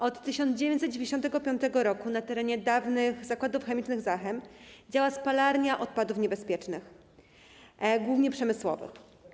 Od 1995 r. na terenie dawnych Zakładów Chemicznych Zachem działa spalarnia odpadów niebezpiecznych, głównie przemysłowych.